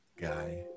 guy